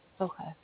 Okay